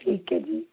ਠੀਕ ਹੈ ਜੀ